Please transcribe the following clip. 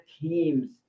teams